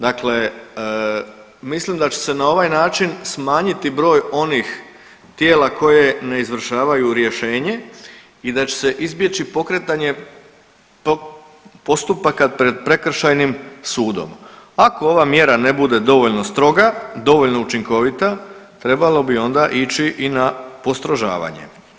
Dakle, mislim da će se na ovaj način smanjiti broj onih tijela koje ne izvršavaju rješenje i da će se izbjeći pokretanje postupaka pred prekršajnim sudom. ako ova mjera ne bude dovoljno stroga, dovoljno učinkovita trebalo bi onda ići i na postrožavanje.